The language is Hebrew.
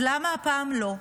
אז למה הפעם לא?